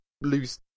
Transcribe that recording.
lose